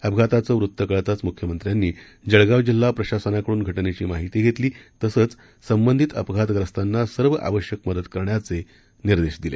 अपघाताचं वृत्त कळताच मुख्यमंत्र्यांनी जळगाव जिल्हा प्रशासनाकडून घटनेची माहिती घेतली तसंच संबंधित अपघातग्रस्तांना सर्व आवश्यक मदत करण्याचे निर्देश दिले